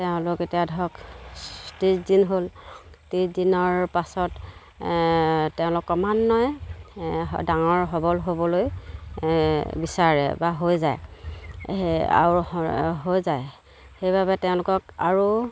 তেওঁলোক এতিয়া ধৰক ত্ৰিছ দিন হ'ল ত্ৰিছ দিনৰ পাছত তেওঁলোক ক্ৰমান্বয়ে ডাঙৰ সবল হ'বলৈ বিচাৰে বা হৈ যায় আৰু হৈ যায় সেইবাবে তেওঁলোকক আৰু